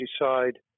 decide